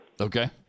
Okay